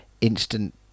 Instant